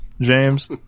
James